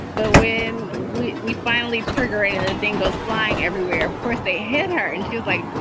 but when we we finally triggery, that thing goes flying everywhere. of course, they hit her and she was like,